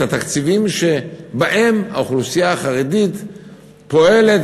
את התקציבים שבהם האוכלוסייה החרדית פועלת